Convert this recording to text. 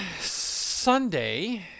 Sunday